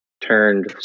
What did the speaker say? turned